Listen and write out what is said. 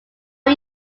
are